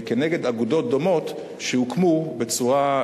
ונגד אגודות דומות שהוקמו בצורה,